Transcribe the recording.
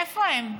איפה הן?